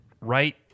right